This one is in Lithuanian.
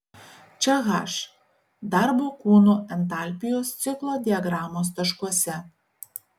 čia h darbo kūnų entalpijos ciklo diagramos taškuose